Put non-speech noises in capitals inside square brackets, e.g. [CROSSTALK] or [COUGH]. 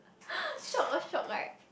[BREATH] shiok hor shiok right